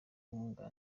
inkunga